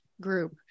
group